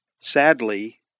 Sadly